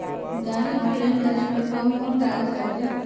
गाड़ी ऑनलाइन करे में कौन कौन कागज लगते?